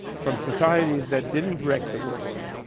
from societies that didn't wreck the world,